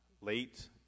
late